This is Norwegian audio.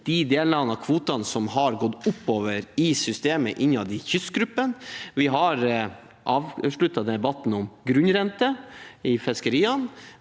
de delene av kvotene som har gått oppover i systemet innad i kystgruppen. Vi har avsluttet debatten om grunnrente i fiskeriene.